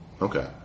Okay